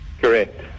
Correct